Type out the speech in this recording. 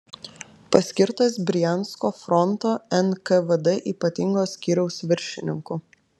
paskirtas briansko fronto nkvd ypatingo skyriaus viršininku